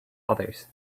others